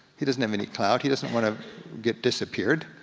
he doesn't have any clout. he doesn't wanna get disappeared.